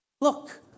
Look